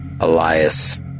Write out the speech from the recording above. Elias